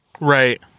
Right